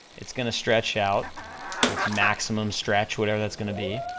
it's gonna stretch out to its maximum stretch, whatever that's gonna be,